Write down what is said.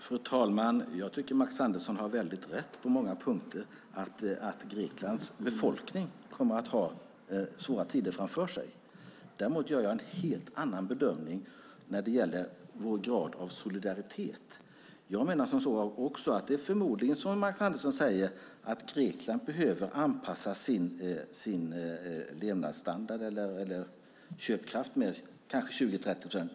Fru talman! Jag tycker att Max Andersson har rätt på många punkter. Greklands befolkning har svåra tider framför sig. Däremot gör jag en helt annan bedömning när det gäller vår grad av solidaritet. Det är förmodligen som Max Andersson säger att Grekland behöver anpassa sin köpkraft med 20-30 procent.